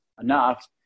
enough